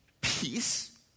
peace